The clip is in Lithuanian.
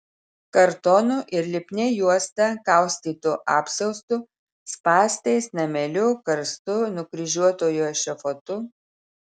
kartonu ir lipnia juosta kaustytu apsiaustu spąstais nameliu karstu nukryžiuotojo ešafotu